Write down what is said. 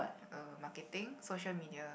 uh marketing social media